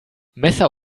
messer